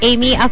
Amy